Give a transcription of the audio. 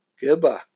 Goodbye